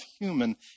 human